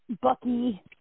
Bucky